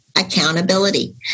Accountability